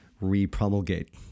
re-promulgate